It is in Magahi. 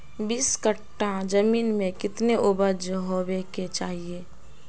बीस कट्ठा जमीन में कितने उपज होबे के चाहिए?